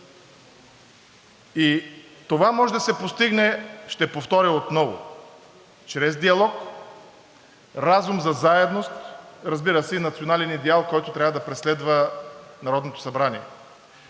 И това може да се постигне, ще повторя отново, чрез диалог, разум за заедност, разбира се, и национален идеал, който трябва да преследва Народното събрание.